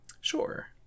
Sure